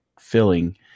filling